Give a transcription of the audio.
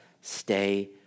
stay